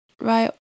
right